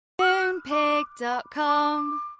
Moonpig.com